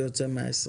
זה יוצא 120 ימים.